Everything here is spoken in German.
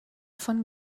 von